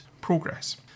progress